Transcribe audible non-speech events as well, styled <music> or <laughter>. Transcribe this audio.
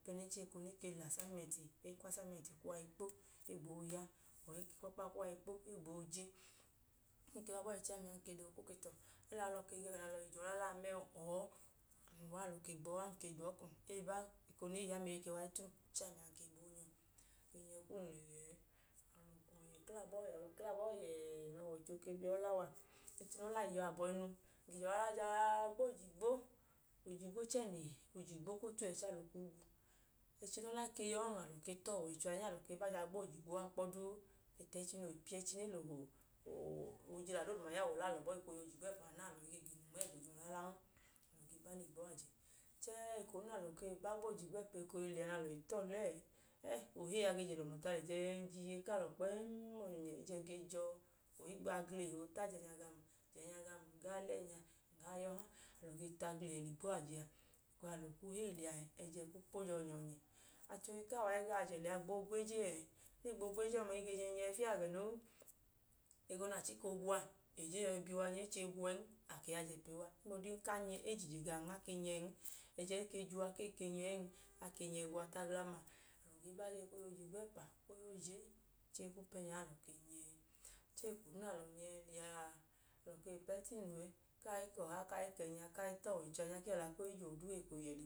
Ayipẹnẹnchẹ, eko nẹ e ke lẹ asayimẹnti, e ke kwu asayimẹnti ku uwa i kpo. E gboo ya, aman ka e kwu ọkpa ku uwa i kpo, e gboo je. E ke ba abọọ ẹẹ chẹẹ ami a ng ke ka oo tọ, alọ ga ẹga. <hesitation> Ng ke gboo nyẹ. Ng ke nyẹ kum. Ng ke kla abọọ yẹẹ. eko nẹ ọwọicho ke bi ọla wa mẹẹnẹ. Ọla i yọ abọhinu ng ge je ọọla la jaa gba oje-igwo. <hesitation> oje-igwo chẹẹ ng le yẹ. Oje igwo ku otu ẹẹ chẹẹ alọ kwu gwu. Ẹchi nẹ ọla i ke yọn, alọ ke ta ọwọicho ahinya. Alọ ke ba jaa gba oje igwo duu. Bọt ẹchi noo le piya ẹchi nẹ e lẹ oojila doodu ya ọwẹ ọlẹ alọ, alọ ge ba ẹchẹ jaa gba oje igwẹpa, alọ i ge ga inu ẹga o je ọọla lan ma, alọ ge ba gboji ajẹ. Chẹẹ eko duu nẹ alọ le ba gba oje igwẹpa, ekohi liya, nẹ alọ le ta ọlẹ ẹẹ, ẹnẹnẹ ohi a ge lọnọ tu alọ kpẹẹm. Ẹjẹnji iye ku alọ kpẹẹm, ẹjẹ ge jẹ ọnyọọnyẹ ku alọ. Ohi a ge lọnọ tum ohigbu aglihẹ oota. Je ẹẹnya gam, je ẹẹnya gam. Ng gaa la ẹẹnya, ng gaa la ọha. Alọ ge tu aglihẹ ligbo ajẹ a, alọ kwu heyi liya, ẹjẹ kwu jẹ ọnyọọnyẹ. Achẹ ohi kaa wa i yajẹ liya gboo gwa eje ẹẹ, e gboo gwa eje ọma, e ge chẹ i nyẹ fiya gẹ noo. Eko nẹ a chika oogwu a, eje yọi bi uwa nyọ, e tutu oogwu ẹn. E ke a bi wa kpọ. Ohigbu ọdi, ọdanka e je ije gawọn, a ke nyẹn. Ẹjẹ i ke jẹ uwa kee ke nyẹn, a ke nyẹ gwu uwa ta glan ma, alọ gee ba liya. Ekohi oje igwẹpa, ekohi oje ee. Chẹẹ, e kwu pẹ nyẹ ẹẹ alọ ke nyẹ. Chẹẹ eko duu nẹ alọ ke nyẹ liya a, alọ ke kwu pẹ tu inu ẹ, kaa i ka ẹẹnya, kaa i ka ọha eko le yẹ ẹẹ.